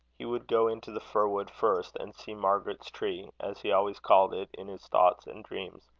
he would go into the fir-wood first, and see margaret's tree, as he always called it in his thoughts and dreams.